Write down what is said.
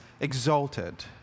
exalted